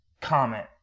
comment